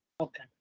Okay